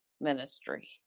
ministry